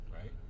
Right